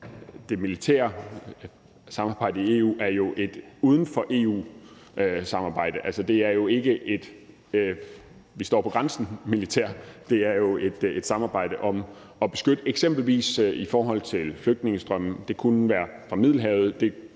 det militære samarbejde i EU jo er et samarbejde uden for EU. Altså, det er jo ikke et vi står på grænsen-militær; det er et samarbejde om eksempelvis at beskytte i forhold til flygtningestrømme, det kunne være fra Middelhavet,